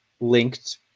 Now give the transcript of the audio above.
linked